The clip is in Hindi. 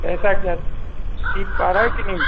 ऐसा है सीख़ पा रहा है कि नहीं